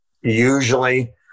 usually